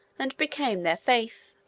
and became their faith.